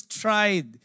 tried